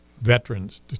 veterans